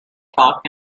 talk